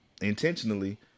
intentionally